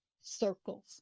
circles